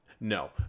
no